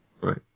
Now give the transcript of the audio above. Right